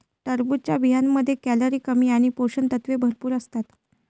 टरबूजच्या बियांमध्ये कॅलरी कमी आणि पोषक तत्वे भरपूर असतात